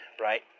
right